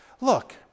look